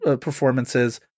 performances